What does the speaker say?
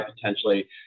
potentially